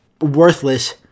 worthless